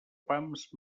pams